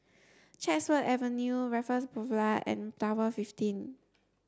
Chatsworth Avenue Raffles Boulevard and Tower fifteen